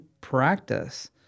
practice